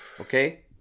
Okay